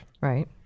Right